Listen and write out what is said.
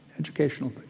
educational, but,